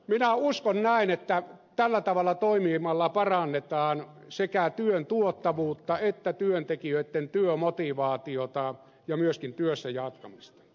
minä uskon näin että tällä tavalla toimimalla parannetaan sekä työn tuottavuutta että työntekijöitten työmotivaatiota ja myöskin työssäjaksamista